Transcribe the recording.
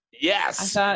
yes